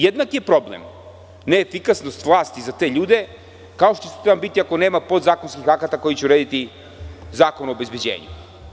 Jednak je problem neefikasnost vlasti za te ljude, kao što će on biti ako nema podzakonskih akata koji će urediti Zakon o obezbeđenju.